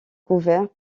couverts